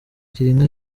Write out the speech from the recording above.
girinka